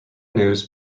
news